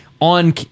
on